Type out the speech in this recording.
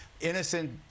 Innocent